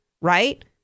right